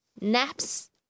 naps